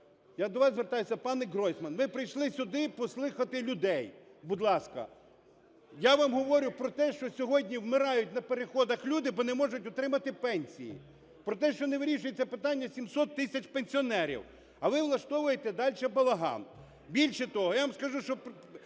Я до вас звертаюся, пане Гройсман, ви прийшли сюди послухати людей. Будь ласка. Я вам говорю про те, що сьогодні вмирають на переходах люди, бо не можуть отримати пенсії, про те, що не вирішується питання 700 тисяч пенсіонерів, а ви влаштовуєте дальше балаган. Більше того, я вам скажу, що